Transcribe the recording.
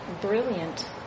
brilliant